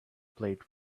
plate